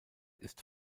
ist